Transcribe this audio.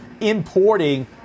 importing